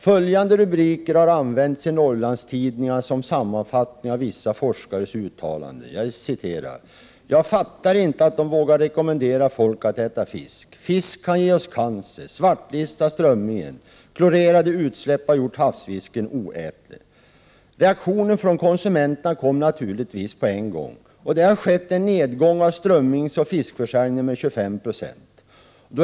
Följande rubriker har använts i Norrlandstidningar som sammanfattningar av vissa forskares uttalanden: ”Jag fattar inte att de vågar rekommendera folk att äta fisk”, ”Fisk kan ge oss cancer”, ”Svartlista strömmingen” och ”Klorerade utsläpp har gjort havsfisken oätlig”. Reaktionen från konsumenterna kom naturligtvis omedelbart. Det har skett en nedgång av fiskförsäljningen, särskilt av strömming, med 25 90.